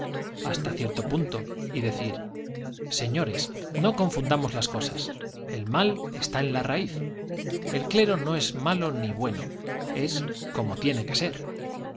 hasta cierto punto y decir señores no confundamos las cosas el mal está en la raíz el clero no es malo ni bueno es como tiene que ser